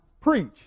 preach